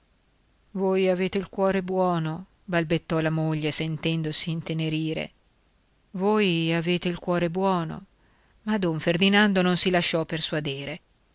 voi avete il cuore buono balbettò la moglie sentendosi intenerire voi avete il cuore buono ma don ferdinando non si lasciò persuadere